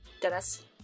Dennis